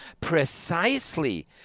precisely